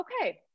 okay